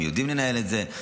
אם יודעים לנהל את זה.